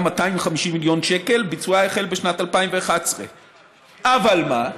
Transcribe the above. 250 מיליון שקל וביצועה החל בשנת 2011. אבל מה,